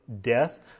death